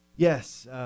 Yes